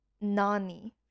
nani